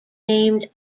named